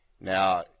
Now